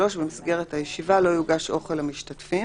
במסגרת ישיבה לא יוגש אוכל למשתתפים,